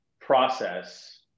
process